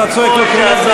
אתה יודע לפרגן.